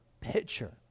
picture